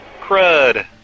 Crud